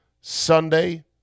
Sunday